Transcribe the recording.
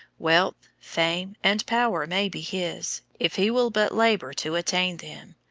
wealth, fame, and power may be his, if he will but labor to attain them,